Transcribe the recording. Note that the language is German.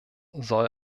soll